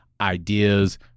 ideas